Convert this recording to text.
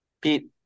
Pete